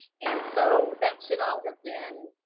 and so that should all have been